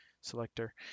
selector